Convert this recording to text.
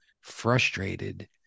frustrated